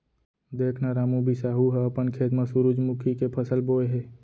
देख न रामू, बिसाहू ह अपन खेत म सुरूजमुखी के फसल बोय हे